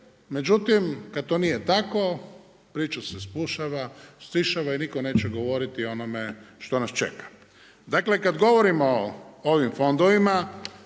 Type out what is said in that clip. međutim, kada to nije tako priča se stišava i nitko neće govoriti o onome što nas čeka. Dakle kada govorimo o ovim fondovima